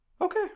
Okay